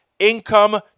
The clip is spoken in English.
Income